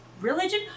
Religion